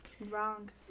wrong